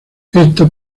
esto